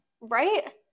right